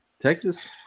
Texas